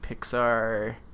Pixar